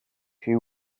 she